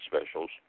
specials